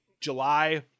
July